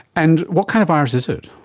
and what kind of virus is it?